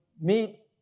meet